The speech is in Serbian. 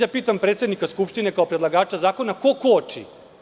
Pitam predsednika Skupštine, kao predlagača zakona, ko koči?